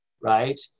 right